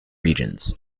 regions